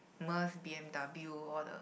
Merc B_M_W all the